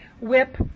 whip